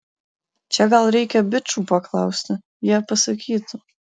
čia gal reikia bičų paklausti jie pasakytų